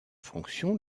fonction